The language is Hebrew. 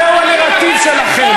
זהו הנרטיב שלכם.